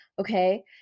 okay